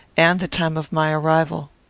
and the time of my arrival.